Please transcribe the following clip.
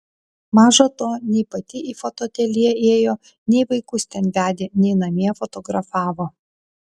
maža to nei pati į fotoateljė ėjo nei vaikus ten vedė nei namie fotografavo